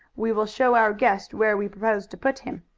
we will show our guest where we propose to put him.